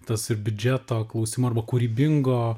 tas ir biudžeto klausimų arba kūrybingo